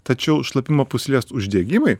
tačiau šlapimo pūslės uždegimai